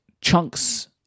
chunks